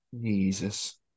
Jesus